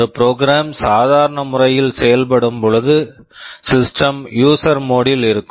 ஒரு program program சாதாரண முறையில் செயல்படும்பொழுது system system user mode user mode ல் இருக்கும்